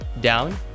down